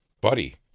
Buddy